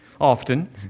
often